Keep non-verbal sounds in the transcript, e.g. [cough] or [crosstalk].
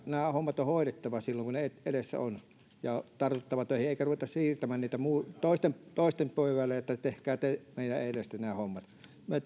nämä hommat on hoidettava silloin kun ne edessä ovat ja tartuttava töihin eikä pidä ruveta siirtämään niitä toisten pöydälle että tehkää te meidän edestä nämä hommat me [unintelligible]